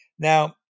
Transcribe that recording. Now